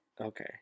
Okay